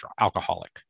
alcoholic